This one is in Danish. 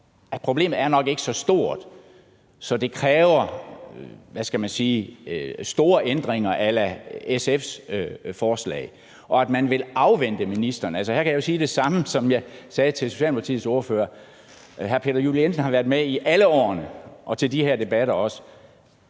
problemet nok ikke er så stort, at det kræver store ændringer a la SF's forslag, og at man vil vente på ministeren? Her kan jeg jo sige det samme, som jeg sagde til Socialdemokratiets ordfører: Hr. Peter Juel-Jensen har været med i alle årene, også til de her debatter –